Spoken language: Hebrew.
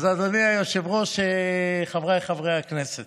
אדוני היושב-ראש, חבריי חברי הכנסת,